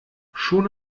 schon